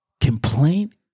Complaint